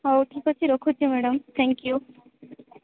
ହଉ ଠିକ୍ ଅଛି ରଖୁଛି ମାଡାମ୍ ଥାଙ୍କ୍ ୟୁ